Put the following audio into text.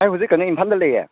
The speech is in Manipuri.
ꯑꯩ ꯍꯧꯖꯤꯛ ꯀꯩꯅꯣ ꯏꯝꯐꯥꯜꯗ ꯂꯩꯌꯦ